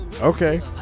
Okay